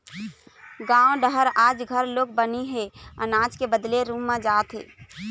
गाँव डहर आज घलोक बनी ह अनाज के बदला रूप म दे जाथे